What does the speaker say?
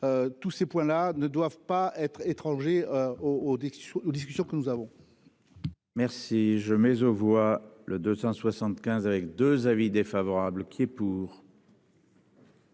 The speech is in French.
Tous ces points là ne doivent pas être étranger au au 10 discussions que nous avons.